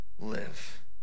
live